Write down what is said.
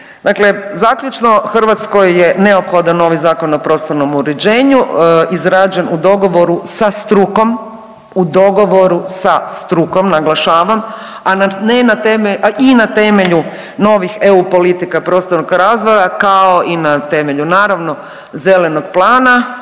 zaključno Hrvatskoj je neophodan novi Zakon o prostornom uređenju izrađen u dogovoru sa strukom, u dogovoru sa strukom naglašavam, a ne na teme…, i na temelju novih EU politika prostornog razvoja, kao i na temelju naravno zelenog plana